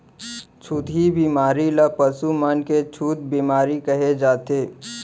छुतही बेमारी ल पसु मन के छूत बेमारी कहे जाथे